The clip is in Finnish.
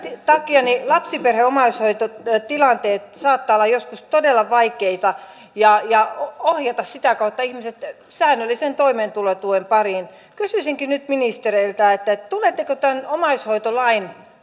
takia lapsiperheomaishoitotilanteet saattavat olla joskus todella vaikeita ja ja ohjata sitä kautta ihmiset säännöllisen toimeentulotuen pariin kysyisinkin nyt ministereiltä tuletteko tämän omaishoitolain